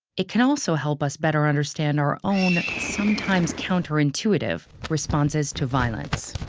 it can also help us better understand our own, sometimes counterintuitive, responses to violence.